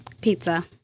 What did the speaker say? Pizza